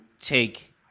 take